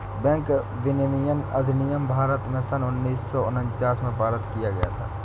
bank विनियमन अधिनियम भारत में सन उन्नीस सौ उनचास में पारित किया गया था